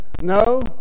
no